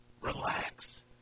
relax